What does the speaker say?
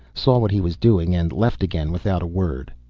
saw what he was doing, and left again without a word.